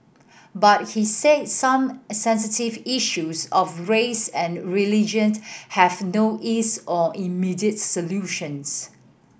but he said some sensitive issues of race and religion have no ease or immediate solutions